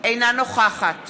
אינה נוכחת